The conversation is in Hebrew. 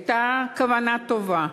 הייתה כוונה טובה,